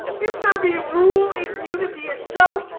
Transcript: if there be rule in unity itself,